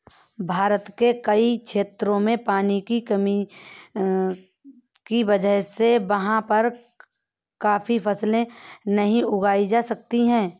भारत के कई क्षेत्रों में पानी की कमी की वजह से वहाँ पर काफी फसलें नहीं उगाई जा सकती